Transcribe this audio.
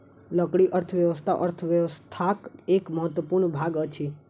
लकड़ी अर्थव्यवस्था अर्थव्यवस्थाक एक महत्वपूर्ण भाग अछि